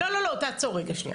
אדוני, לא, לא, תעצור רגע שנייה.